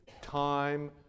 time